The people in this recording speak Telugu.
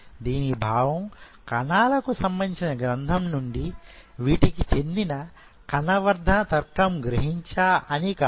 దీని భావం కణాలకు సంబంధించిన గ్రంథం నుండి వీటికి చెందిన కణ వర్ధన తర్కం గ్రహించా అని కాదు